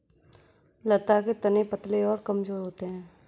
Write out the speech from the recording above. लता के तने पतले और कमजोर होते हैं